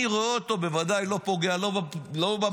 אני רואה אותו בוודאי לא פוגע לא במדינה,